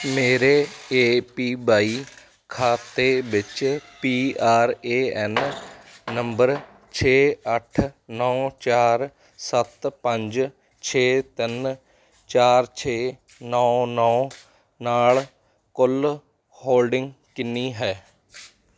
ਮੇਰੇ A P Y ਖਾਤੇ ਵਿੱਚ P R A N number ਛੇ ਅੱਠ ਨੌਂ ਚਾਰ ਸੱਤ ਪੰਜ ਛੇ ਤਿੰਨ ਚਾਰ ਛੇ ਨੌਂ ਨੌਂ ਨਾਲ ਕੁੱਲ ਹੋਲਡਿੰਗ ਕਿੰਨੀ ਹੈ